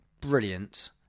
Brilliant